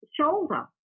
shoulder